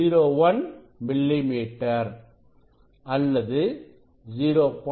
01 millimetre அல்லது 0